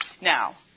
now